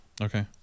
Okay